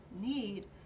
need